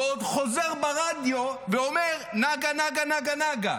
ועוד חוזר ברדיו ואומר: נגה נגה נגה נגה,